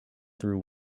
through